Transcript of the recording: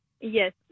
Yes